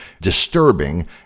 disturbing